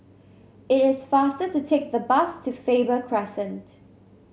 it is faster to take the bus to Faber Crescent